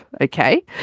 okay